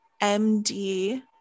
MD